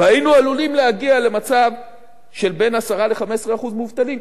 היינו עלולים להגיע למצב של בין 10% ל-15% מובטלים,